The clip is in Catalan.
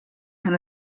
han